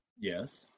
Yes